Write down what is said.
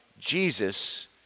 Jesus